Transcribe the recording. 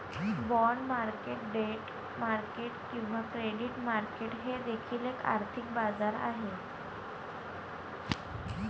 bond market debt market किंवा credit market हे देखील एक आर्थिक बाजार आहे